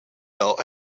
belt